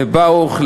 לברוך,